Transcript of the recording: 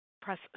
Press